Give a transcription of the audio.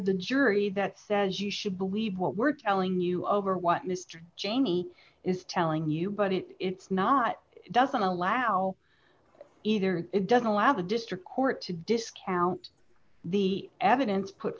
the jury that says you should believe what we're telling you over what mr cheney is telling you but it it's not it doesn't allow either it doesn't allow the district court to discount the evidence put